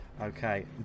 Okay